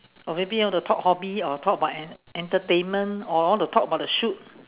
or maybe you want to talk hobby or talk about en~ entertainment or want to talk about the shoot